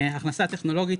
"הכנסה טכנולוגית",